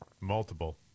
Multiple